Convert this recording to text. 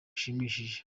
bushimishije